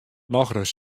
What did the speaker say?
nochris